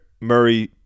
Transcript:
Murray